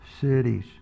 cities